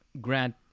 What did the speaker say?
Grant